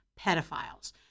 pedophiles